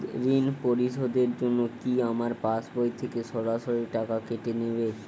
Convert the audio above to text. ঋণ পরিশোধের জন্য কি আমার পাশবই থেকে সরাসরি টাকা কেটে নেবে?